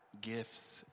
gifts